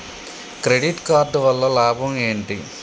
Credit card వల్ల లాభం ఏంటి?